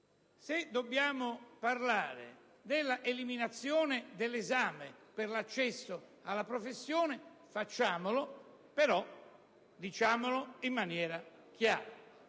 di studio e della eliminazione dell'esame per l'accesso alla professione facciamolo, però diciamolo in maniera chiara.